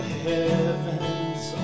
heavens